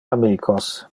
amicos